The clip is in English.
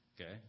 Okay